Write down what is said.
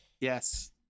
Yes